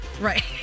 Right